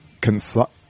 consult